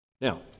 Now